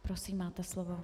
Prosím, máte slovo.